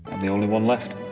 i'm the only one left.